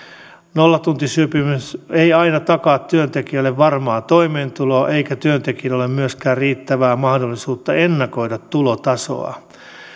nollatuntisopimus ei aina takaa työntekijälle varmaa toimeentuloa eikä työntekijällä ole myöskään riittävää mahdollisuutta ennakoida tulotasoaan